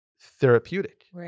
therapeutic